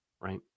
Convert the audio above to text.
right